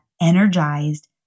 energized